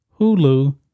Hulu